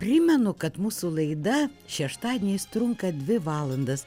primenu kad mūsų laida šeštadieniais trunka dvi valandas